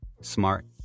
smart